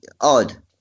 odd